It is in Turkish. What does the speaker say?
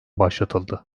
başlatıldı